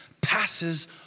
passes